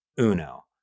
Uno